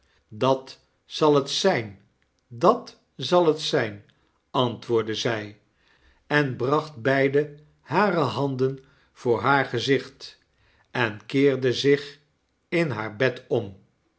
dat zal het zijn dat zal het zijn antwoordde zij en bracht beide hare handen voor haar gezicht en keerde zich in haar bed om